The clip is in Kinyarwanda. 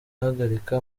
ahagarika